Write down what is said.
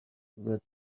that